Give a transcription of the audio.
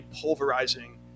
pulverizing